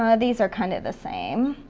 ah these are kinda the same.